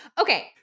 Okay